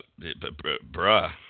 Bruh